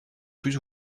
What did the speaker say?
plus